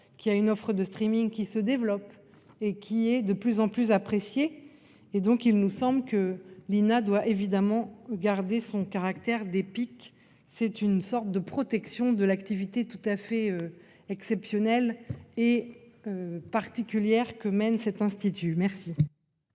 qui a une offre de streaming qui se développe et qui est de plus en plus apprécié et donc il nous semble que l'INA doit évidemment garder son caractère des pics. C'est une sorte de protection de l'activité tout à fait exceptionnel et. Particulière que mène cet institut merci.